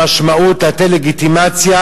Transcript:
המשמעות, לתת לגיטימציה